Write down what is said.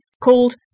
called